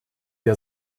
der